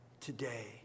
today